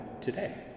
today